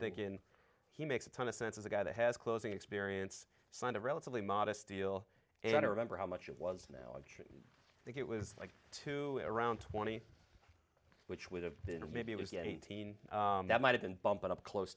thinkin he makes a ton of sense as a guy that has closing experience signed a relatively modest deal and i don't remember how much it was now i think it was like to around twenty which would have been or maybe it was yet eighteen that might have been bumping up close